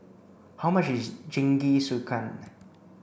how much is Jingisukan